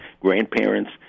grandparents